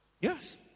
Yes